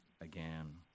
again